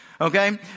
Okay